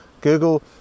Google